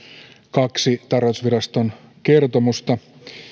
kaksi tarkastusviraston kertomusta